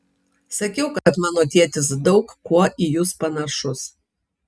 sakiau kad mano tėtis daug kuo į jus panašus